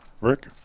Rick